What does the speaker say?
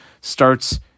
starts